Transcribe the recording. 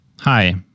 Hi